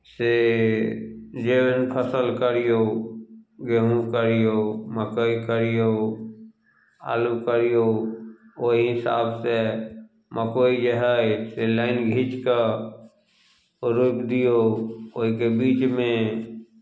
से जे ओहिमे फसल करियौ गेहूँ करियौ मक्कइ करियौ आलू करियौ ओहि हिसाबसँ मक्कइ जे हइ से लाइन घीँचि कऽ ओ रोपि दियौ ओहिके बीचमे